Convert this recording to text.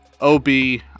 ob